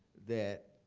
that